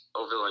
over